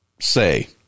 say